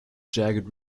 jagged